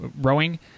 rowing